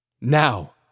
Now